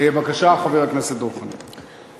בבקשה, חבר הכנסת דב חנין.